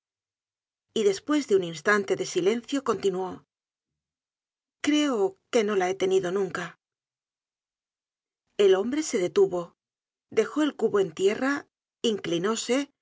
y despues de un instante de silencio continuó creo que no la he tenido nunca el hombre se detuvo dejó el cubo en tierra inclinóse y